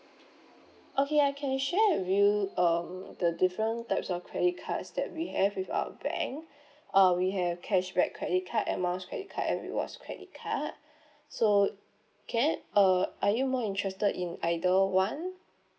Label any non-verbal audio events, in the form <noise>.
okay I can share with you uh the different types of credit cards that we have with our bank <breath> uh we have cashback credit card air miles credit card and rewards credit card <breath> so can I uh are you more interested in either one